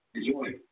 Enjoy